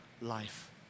life